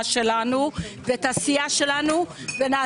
לוקח את אשקלון כמובן ואת אשדוד ולוקח את חדרה,